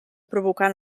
provocar